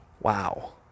Wow